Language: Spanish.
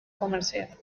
comercial